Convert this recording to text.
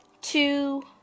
two